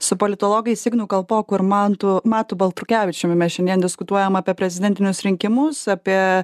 su politologais ignu kalpoku ir mantu matu baltrukevičiumi mes šiandien diskutuojam apie prezidentinius rinkimus apie